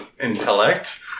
intellect